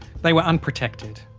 they were unprotected.